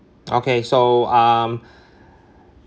okay so um